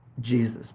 Jesus